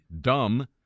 dumb